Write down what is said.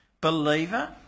Believer